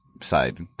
side